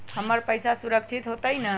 हमर पईसा सुरक्षित होतई न?